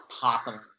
possible